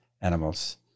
animals